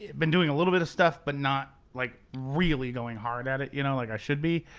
been doing a little bit of stuff, but not like really going hard at it you know like i should be.